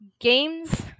Games